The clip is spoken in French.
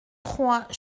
trois